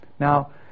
Now